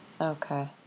okay